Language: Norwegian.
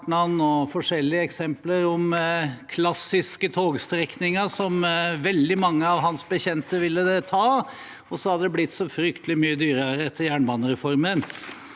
og forskjellige andre eksempler på klas siske togstrekninger som veldig mange av hans bekjente vil ta, og så har det blitt så fryktelig mye dyrere etter jernbanereformen.